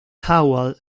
howell